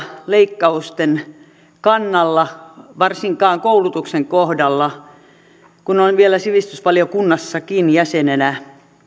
leikkausten kannalla varsinkaan koulutuksen kohdalla kun olen vielä sivistysvaliokunnassakin jäsenenä